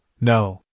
No